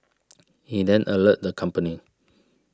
he then alerted the company